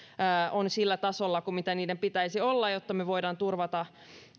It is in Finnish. ovat sillä tasolla kuin niiden pitäisi olla jotta me voimme turvata